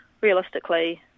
realistically